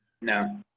No